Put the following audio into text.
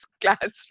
classroom